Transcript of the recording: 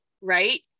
Right